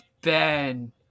Ben